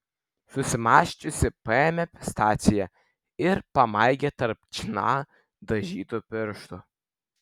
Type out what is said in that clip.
susimąsčiusi paėmė pistaciją ir pamaigė tarp chna dažytų pirštų